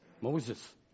Moses